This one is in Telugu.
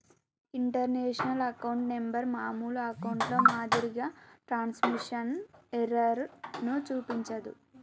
ఇంటర్నేషనల్ అకౌంట్ నెంబర్ మామూలు అకౌంట్లో మాదిరిగా ట్రాన్స్మిషన్ ఎర్రర్ ను చూపించదు